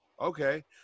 okay